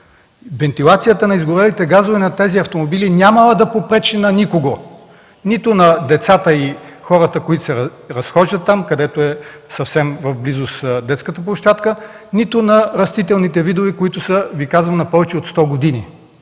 Вентилацията на изгорелите газове на тези автомобили нямало да попречи на никого – нито на децата и хората, които се разхождат, като съвсем в близост е детската площадка, нито на растителните видове, които са, казвам Ви, на повече от 100 години!